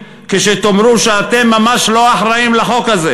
כשתאמרו שאתם ממש לא אחראים לחוק הזה.